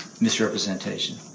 misrepresentation